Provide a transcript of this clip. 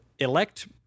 elect